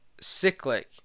cyclic